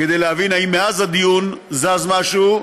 כדי להבין אם מאז הדיון זז משהו,